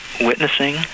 witnessing